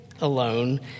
alone